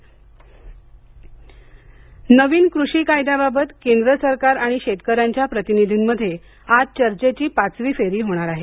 शेतकरी चर्चा नवीन कृषी कायद्याबाबत केंद्र सरकार आणि शेतकऱ्यांच्या प्रतिनिधींमध्ये आज चर्चेची पाचवी फेरी होणार आहे